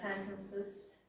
sentences